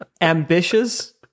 ambitious